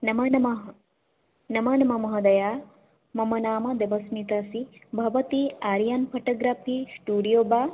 नमो नमः नमो नमः महोदये मम नाम देवस्मितासि भवती आर्यन् फ़ोटोग्राफ़ी स्टूडियो वा